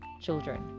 children